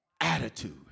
attitude